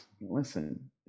listen